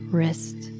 Wrist